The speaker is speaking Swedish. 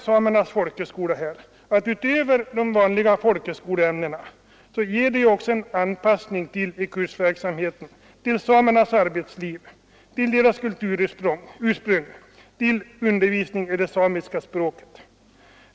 Samernas folkhögskola ger utöver undervisning i de vanliga folkhögskoleämnena en anpassning till samernas arbetsliv, kunskaper om deras kulturursprung och undervisning i det samiska språket.